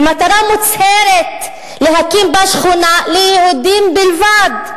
במטרה מוצהרת להקים בה שכונה ליהודים בלבד.